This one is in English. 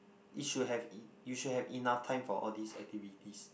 it should have you should have enough time for all this activities